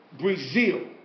Brazil